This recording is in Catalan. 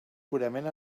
purament